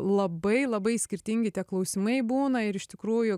labai labai skirtingi tie klausimai būna ir iš tikrųjų